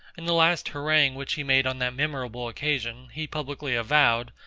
in the last harangue which he made on that memorable occasion, he publicly avowed,